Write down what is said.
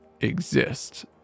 exist